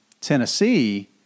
Tennessee